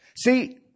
See